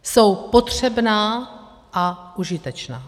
Jsou potřebná a užitečná.